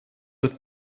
with